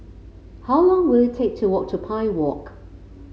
how long will it take to walk to Pine Walk